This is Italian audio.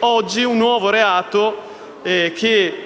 Oggi c'è un nuovo reato, che